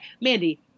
Mandy